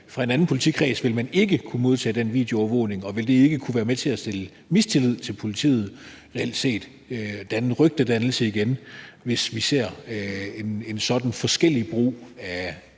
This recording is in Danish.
fra en anden politikreds vil man så ikke kunne modtage den videoovervågning fra? Vil det ikke være med til at kunne skabe mistillid til politiet og reelt set skabe rygtedannelse igen, hvis vi ser en sådan forskellige brug af